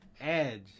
Edge